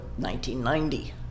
1990